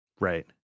Right